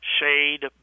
Shade